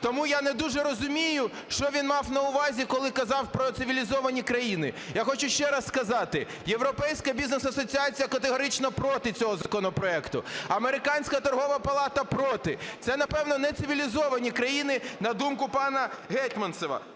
Тому я не дуже розумію, що він мав на увазі, коли він казав про цивілізовані країни. Я хочу ще раз сказати, Європейська Бізнес Асоціація категорично проти цього законопроекту, Американська торгова палата проти. Це, напевно, не цивілізовані країни, на думку пана Гетманцева.